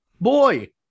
Boy